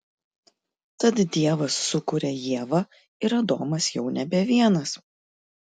tad dievas sukuria ievą ir adomas jau nebe vienas